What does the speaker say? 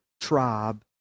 tribe